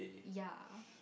yeah